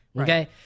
Okay